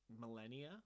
millennia